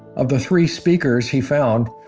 of the three speakers he found,